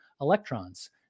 electrons